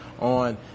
On